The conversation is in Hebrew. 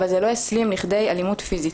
אבל זה לא הסלים לכדי אלימות פיזית.